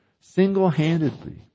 Single-handedly